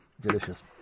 Delicious